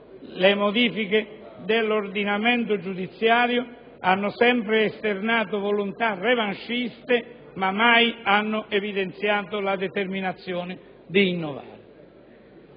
Le modifiche dell'ordinamento giudiziario hanno sempre esternato volontà revansciste, ma non hanno mai evidenziato la determinazione di innovare.